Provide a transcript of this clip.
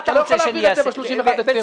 אתה לא יכול להעביר את זה ב-31 בדצמבר.